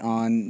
on